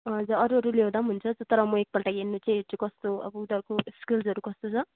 हजुर अरू अरू ल्याउँदा पनि हुन्छ तर म एकपल्ट हेर्नु चाहिँ हेर्छु कस्तो अब उनीहरूको स्किल्सहरू कस्तो छ